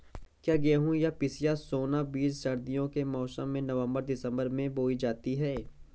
क्या गेहूँ या पिसिया सोना बीज सर्दियों के मौसम में नवम्बर दिसम्बर में बोई जाती है?